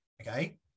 okay